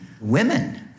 women